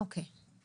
אוקיי.